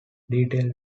details